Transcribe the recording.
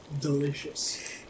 delicious